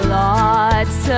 lots